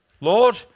Lord